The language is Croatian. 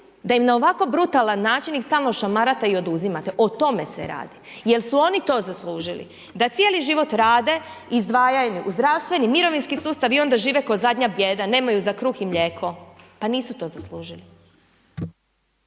da im na ovako brutalan način ih stalno šamarate i oduzimate, o tome se radi? Jel su oni to zaslužili da cijeli život rade, izdvajaju u zdravstveni, mirovinski sustav i onda žive kao zadnja bijeda, nemaju za kruh i mlijeko? Pa nisu to zaslužili.